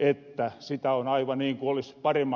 että sitä on aivan niin ku olis paremmatkin kilipailut voittanu